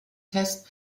test